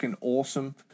awesome